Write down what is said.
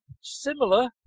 similar